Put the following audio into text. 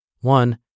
One